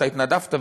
אתה התנדבת,